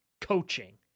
coaching